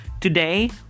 Today